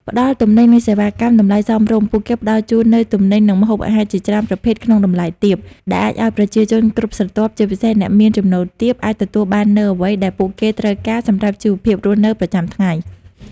ផ្តល់ទំនិញ និងសេវាកម្មតម្លៃសមរម្យពួកគេផ្តល់ជូននូវទំនិញ និងម្ហូបអាហារជាច្រើនប្រភេទក្នុងតម្លៃទាប ដែលអាចឱ្យប្រជាជនគ្រប់ស្រទាប់ ជាពិសេសអ្នកមានចំណូលទាប អាចទទួលបាននូវអ្វីដែលពួកគេត្រូវការសម្រាប់ជីវភាពរស់នៅប្រចាំថ្ងៃ ។